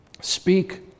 Speak